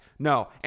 No